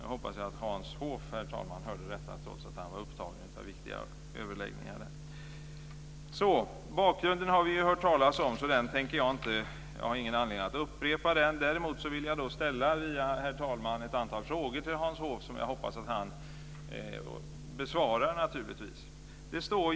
Jag hoppas att Hans Hoff hörde detta trots att han var upptagen av viktiga överläggningar. Bakgrunden har vi hört talas om, så jag har ingen anledning att upprepa den. Däremot vill jag via herr talman ställa ett antal frågor till Hans Hoff, som jag naturligtvis hoppas att han besvarar.